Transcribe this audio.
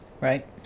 right